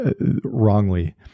wrongly